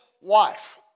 wife